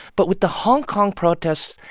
but with the hong kong protests,